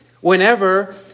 whenever